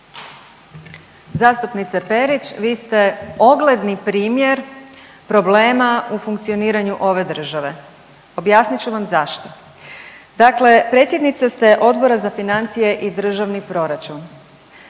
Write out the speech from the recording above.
Zastupnice Perić. Vi ste ogledni primjer problema u funkcioniranju ove države. Objasnit ću vam zašto. Dakle, predsjednica ste Odbora za financije i državni proračun.